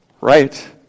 Right